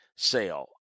Sale